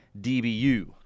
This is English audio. DBU